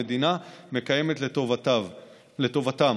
המדינה מקיימת לטובתם.